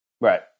right